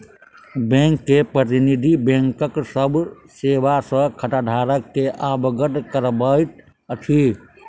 bank के प्रतिनिधि, बैंकक सभ सेवा सॅ खाताधारक के अवगत करबैत अछि